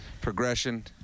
progression